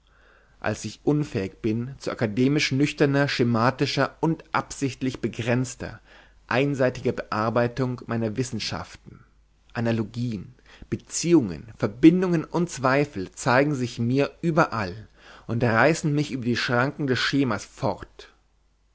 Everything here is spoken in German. als ich unfähig bin zu akademisch nüchterner schematischer und absichtlich begrenzter einseitiger bearbeitung meiner wissenschaften analogien beziehungen verbindungen und zweifel zeigen sich mir überall und reißen mich über die schranken des schemas fort